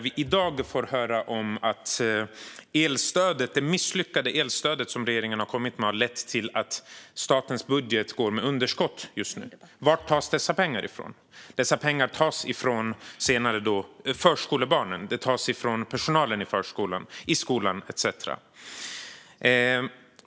Vi har fått höra att det misslyckade elstöd som regeringen har kommit med har lett till att statens budget går med underskott just nu. Varifrån tas dessa pengar? Dessa pengar tas - senare - från förskolebarnen och från personalen i förskolan och skolan.